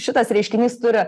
šitas reiškinys turi